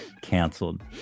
canceled